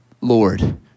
Lord